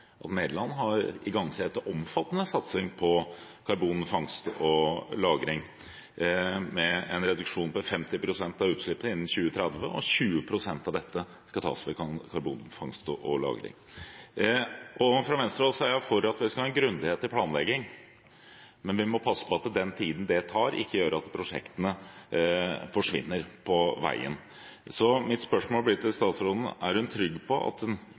Nederland igangsetter omfattende satsing på karbonfangst og -lagring med en reduksjon på 50 pst. av utslippene innen 2030, og 20 pst. av dette skal tas ved karbonfangst og lagring. Vi fra Venstre er for grundighet i planleggingen, men vi må passe på at den tiden det tar, ikke gjør at prosjektene forsvinner på veien. Mitt spørsmål blir til statsministeren: Er hun trygg på, før saken kommer til Stortinget, at det ikke skapes en